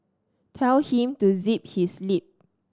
tell him to zip his lip